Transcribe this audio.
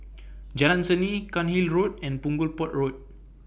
Jalan Seni Cairnhill Road and Punggol Port Road